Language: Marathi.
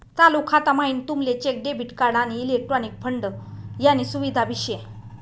चालू खाता म्हाईन तुमले चेक, डेबिट कार्ड, आणि इलेक्ट्रॉनिक फंड यानी सुविधा भी शे